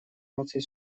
наций